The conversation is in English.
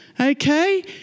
Okay